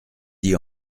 dit